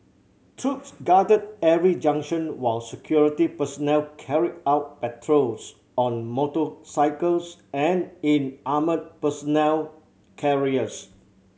troops guarded every junction while security personnel carried out patrols on motorcycles and in armoured personnel carriers